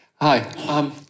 Hi